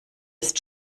ist